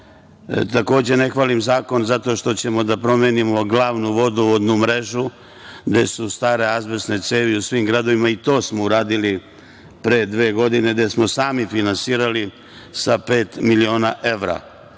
Takođe ne hvalim zakon zato što ćemo da promenimo glavnu vodovodnu mrežu gde su stare azbestne cevi u svim gradovima, i to smo uradili pre dve godine, gde smo sami finansirali sa pet miliona evra.